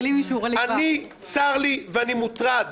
צר לי ואני מוטרד